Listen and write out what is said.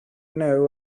know